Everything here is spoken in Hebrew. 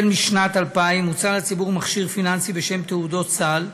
משנת 2000 מוצע לציבור מכשיר פיננסי בשם תעודות סל,